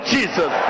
Jesus